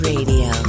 Radio